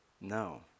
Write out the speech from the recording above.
No